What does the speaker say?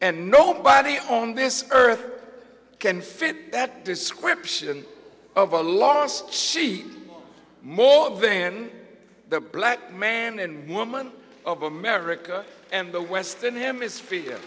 and nobody on this earth can fit that description of a loss she more than the black man and woman of america and the western hemisphere